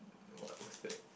what was that